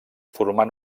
formant